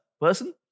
person